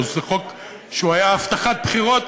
זה חוק שהיה הבטחת בחירות